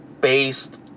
based